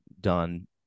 done